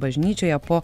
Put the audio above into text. bažnyčioje po